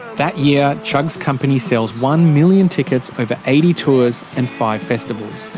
that year, chugg's company sells one million tickets over eighty tours and five festivals.